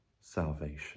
salvation